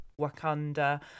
Wakanda